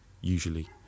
usually